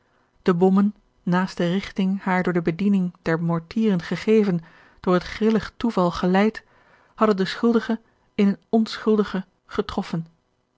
de bommen naast de rigting haar door de bediening der mortieren gegeven door het grillig toeval geleid hadden den schuldige in eene onschuldige getroffen